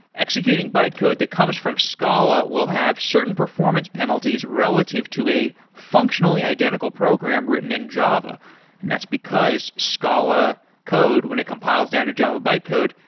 executing bytecode that comes from scala will have certain performance penalties relative to a functionally identical program written in java, and that's because scala code, when it compiles down to java bytecode,